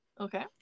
Okay